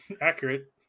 accurate